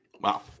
Wow